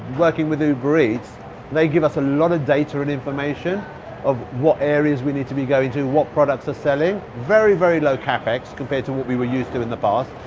working with uber eats they give us a lot of data and information of what areas we need to be going into, what products are selling. very, very low capex compared to what we were used to in the past.